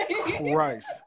Christ